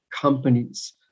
companies